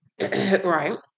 Right